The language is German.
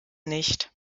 nicht